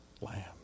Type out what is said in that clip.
Lamb